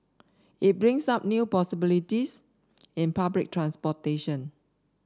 it brings up new possibilities in public transportation